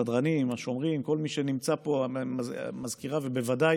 סדרנים, שומרים, כל מי שנמצא פה, מזכירה, ובוודאי